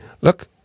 Look